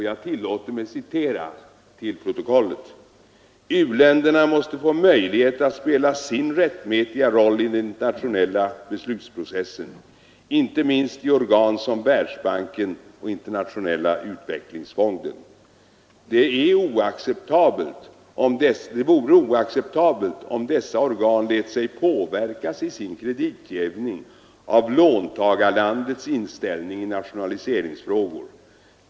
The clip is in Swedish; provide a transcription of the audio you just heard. Jag tillåter mig att citera till protokollet: ”U länderna måste få möjlighet att spela sin rättmätiga roll i den internationella beslutsprocessen, inte minst i organ som världsbanken och internationella utvecklingsfonden. Det vore oacceptabelt om dessa organ lät sig påverkas i sin kreditgivning av låntagarlandets inställning i nationaliseringsfrågor.